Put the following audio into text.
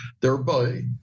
thereby